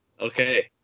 okay